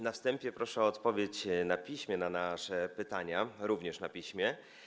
Na wstępie proszę o odpowiedź na piśmie na nasze pytania, a raczej również na piśmie.